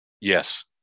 Yes